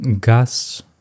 gas